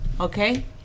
Okay